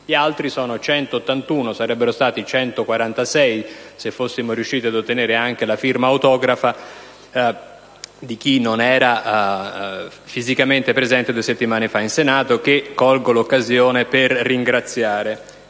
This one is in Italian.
Gli altri sono 140 senatori, e sarebbero stati 146 se fossimo riusciti ad ottenere anche la firma autografa di chi non era fisicamente presente due settimane fa in Senato (colgo in ogni caso l'occasione per ringraziarli).